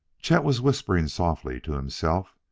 chet was whispering softly to himself